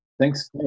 Thanks